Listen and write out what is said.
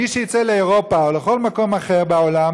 מי שיצא לאירופה או לכל מקום אחר בעולם